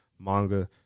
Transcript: manga